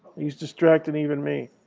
you're distracting even me.